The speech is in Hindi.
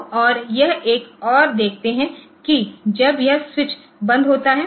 तो और यह एक आप देखते हैं कि जब यह स्विच बंद होता है